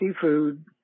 seafood